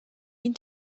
این